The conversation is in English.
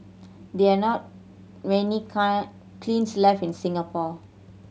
there are not many kilns left in Singapore